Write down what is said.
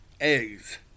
eggs